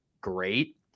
great